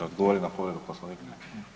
Da odgovorim na povredu Poslovnika?